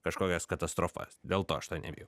kažkokias katastrofas dėl to aš to nebijau